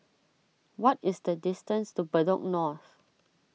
what is the distance to Bedok North